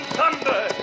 Thunder